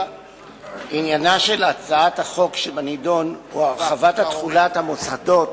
עניינה של הצעת החוק שבנדון הוא הרחבת תחולת המוסדות